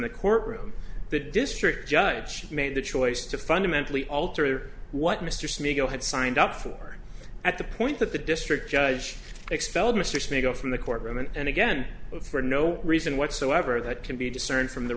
the courtroom the district judge made the choice to fundamentally alter what mr smith who had signed up for at the point that the district judge expelled mr smith go from the court room and again for no reason whatsoever that can be discerned from the